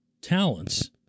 talents